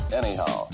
anyhow